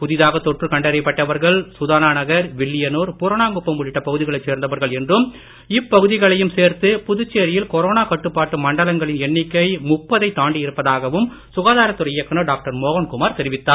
புதிதாக தொற்று கண்டறியப்பட்டவர்கள் சுதானா நகர் வில்லியனூர் பூரணாங்குப்பம் உள்ளிட்ட பகுதிகளைச் சேர்ந்தவர்கள் என்றும் இப்பகுதிகளையும் சேர்த்து புதுச்சேரியில் கொரோனா கட்டுப்பாட்டு மண்டலங்களின் எண்ணிக்கை முப்பதை தாண்டி இருப்பதாகவும் சுகாதாரத் துறை இயக்குனர் டாக்டர் மோகன்குமார் தெரிவித்தார்